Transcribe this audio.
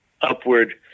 upward